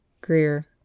Greer